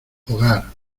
hogar